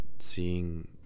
seeing